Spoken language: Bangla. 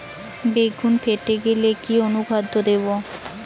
বেগুন ফেটে গেলে কি অনুখাদ্য দেবো?